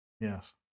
Yes